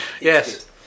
Yes